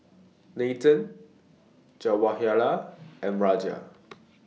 Nathan Jawaharlal and Raja